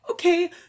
Okay